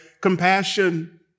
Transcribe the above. compassion